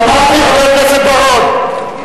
שמעתי, חבר הכנסת בר-און.